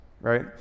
right